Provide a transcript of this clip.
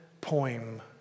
poem